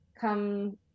come